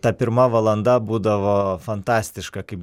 ta pirma valanda būdavo fantastiška kaip